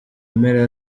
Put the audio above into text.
mpera